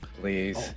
Please